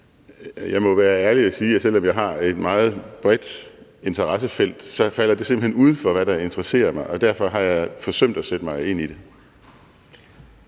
Jeg må være ærlig at sige, at selv om jeg har et meget bredt interessefelt, falder det simpelt hen uden for, hvad der interesserer mig, og derfor har jeg forsømt at sætte mig ind i det.